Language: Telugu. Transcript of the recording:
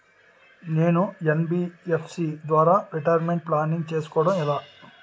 నేను యన్.బి.ఎఫ్.సి ద్వారా రిటైర్మెంట్ ప్లానింగ్ చేసుకోవడం ఎలా?